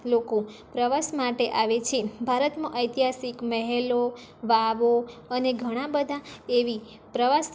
લોકો પ્રવાસ માટે આવે છે ભારતમાં ઐતિહાસિક મહેલો વાવો અને ઘણા બધા એવી પ્રવાસ